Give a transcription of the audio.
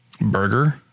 burger